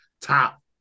top